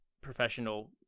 professional